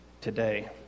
today